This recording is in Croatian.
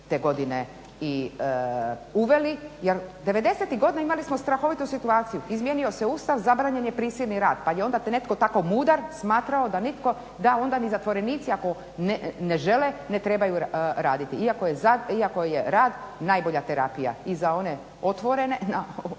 godine i uveli jer 90-ih godina imali smo strahovitu situaciju. Izmijenio se Ustav, zabranjen je prisilni rad, ali onda je netko tako mudar smatrao da nitko, da ona ni zatvorenici ako ne žele ne trebaju raditi. Iako je rad najbolja terapija i za one otvorene